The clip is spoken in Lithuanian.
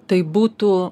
tai būtų